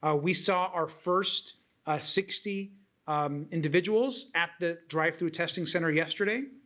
ah we saw our first ah sixty um individuals at the drive-through testing center yesterday.